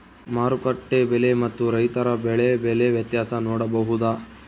ಮಾರುಕಟ್ಟೆ ಬೆಲೆ ಮತ್ತು ರೈತರ ಬೆಳೆ ಬೆಲೆ ವ್ಯತ್ಯಾಸ ನೋಡಬಹುದಾ?